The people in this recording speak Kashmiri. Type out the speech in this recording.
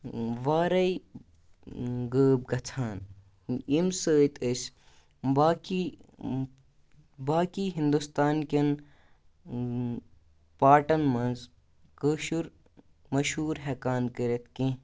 وارے غٲب گژھان ییٚمہِ سۭتۍ أسۍ باقٕے باقٕے ہِنٛدوستان کٮ۪ن پارٹَن منٛز کٲشُر مشہوٗر ہٮ۪کان کٔرِتھ کیٚنٛہہ